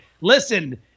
listen